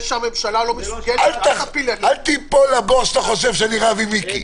אל תיפול לבור שאתה חושב שאני רב עם מיקי.